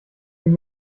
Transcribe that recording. bin